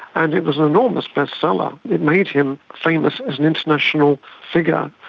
and it was an enormous bestseller. it made him famous as an international figure.